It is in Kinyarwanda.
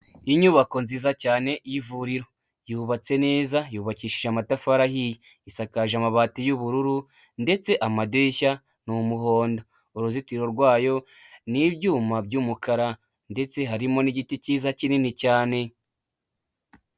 Inyubako nziza cyane y'ivuriro yubatse neza yubakishije amatafari ahiye, isakaje amabati y'ubururu ndetse amadirishya ni umuhondo, uruzitiro rwayo ni ibyuma by'umukara ndetse harimo n'igiti cyiza kinini cyane.